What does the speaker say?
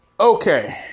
Okay